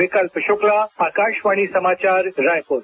विकल्प शुक्ला आकाशवाणी समाचार रायपुर